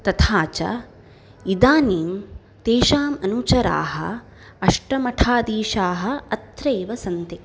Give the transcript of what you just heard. तथा च इदानीं तेषाम् अनुचराः अष्टमठाधीशाः अत्रैव सन्ति